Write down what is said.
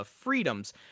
freedoms